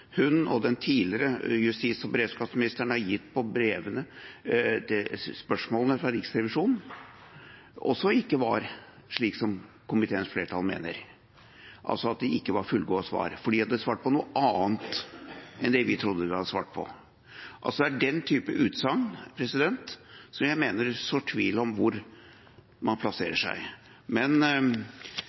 hun og den tidligere justis- og beredskapsministeren har gitt på spørsmålene fra Riksrevisjonen, heller ikke var slik komiteens flertall mener, altså at det ikke var fullgode svar, for de hadde svart på noe annet enn det vi trodde de hadde svart på. Det er den type utsagn jeg mener sår tvil om hvor man plasserer seg. Men